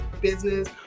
business